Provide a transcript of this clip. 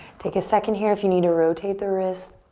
take a second here if you need to rotate the wrists,